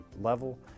level